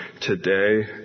today